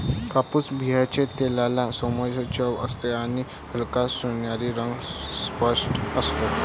कापूस बियांच्या तेलाला सौम्य चव असते आणि हलका सोनेरी रंग स्पष्ट असतो